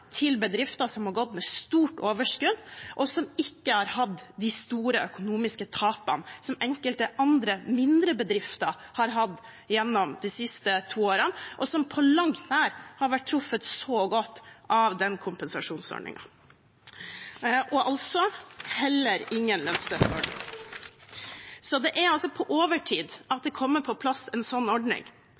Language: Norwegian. til bedrifter som har gått med stort overskudd, og som ikke har hatt de store økonomiske tapene som enkelte andre, mindre bedrifter har hatt gjennom de siste to årene, bedrifter som på langt nær har vært truffet så godt av den kompensasjonsordningen. Og det har altså heller ikke vært noen lønnsstøtteordning. Det er altså på overtid at det kommer på plass en slik ordning,